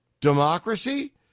Democracy